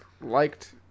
liked